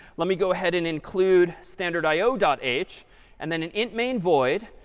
let me go ahead and include standard i o dot h and then an int main void.